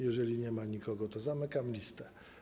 Jeżeli nie ma nikogo, to zamykam listę.